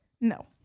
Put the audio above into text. No